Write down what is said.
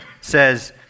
says